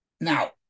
Now